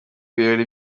ibirori